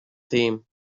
theme